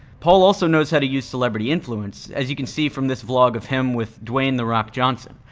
paul also knows how to use celebrity influence as you can see from this vlog of him with dwayne the rock johnson,